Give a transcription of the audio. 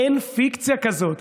אין פיקציה כזאת.